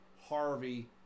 Harvey